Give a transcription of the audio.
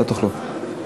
לא תוכלו.